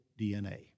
DNA